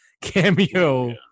cameo